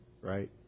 right